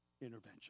intervention